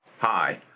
Hi